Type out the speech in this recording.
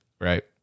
Right